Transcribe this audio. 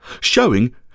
showing